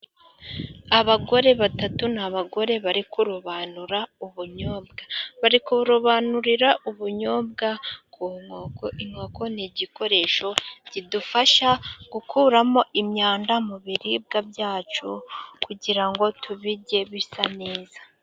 Abagore batatu, ni abagore bari kurobanura ubunyobwa. Bari kurobanurira ubunyobwa ku nkoko, inkoko ni igikoresho kidufasha gukuramo imyanda mu biribwa byacu, kugira ngo tubirye bisa neza.